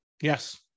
Yes